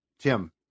Tim